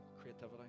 creativity